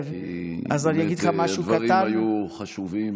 הדברים היו חשובים.